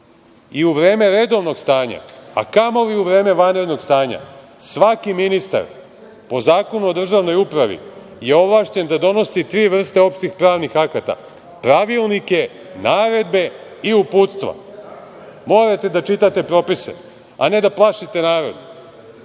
U vreme redovnog stanja, a kamoli u vreme vanrednog stanja, svaki ministar po Zakonu o državnoj upravi je ovlašćen da donosi tri vrste opštih pravnih akata: pravilnike, naredbe i uputstva. Morate da čitate propise, a ne da plašite narod